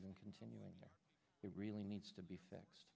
even continuing it really needs to be fixed